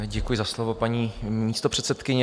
Děkuji za slovo, paní místopředsedkyně.